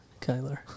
Kyler